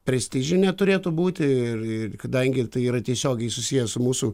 prestižinė turėtų būti ir ir kadangi tai yra tiesiogiai susiję su mūsų